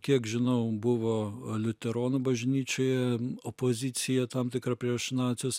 kiek žinau buvo liuteronų bažnyčioje opozicija tam tikra prieš nacius